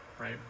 right